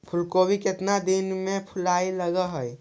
फुलगोभी केतना दिन में फुलाइ लग है?